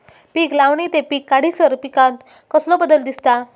पीक लावणी ते पीक काढीसर पिकांत कसलो बदल दिसता?